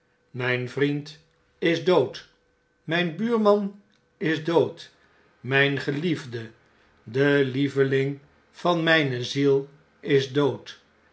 stond mjjnvriend is dood mjjn buurman is dood mjjn geliefde de lieveling van mflne ziel is dood